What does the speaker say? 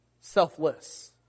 selfless